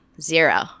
zero